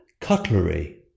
cutlery